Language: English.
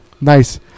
Nice